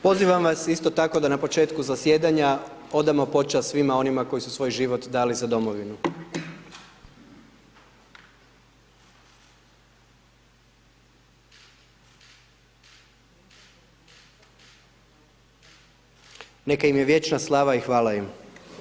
Pozivam vas isto tako, da na početku zasjedanja odamo počast svima onima koji su svoj život dali za domovinu. - Minuta šutnje – Neka im je vječna slava i hvala im.